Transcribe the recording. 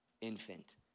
infant